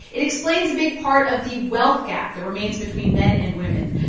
it explains a big part of the wealth gap that remains between men and women.